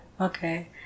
okay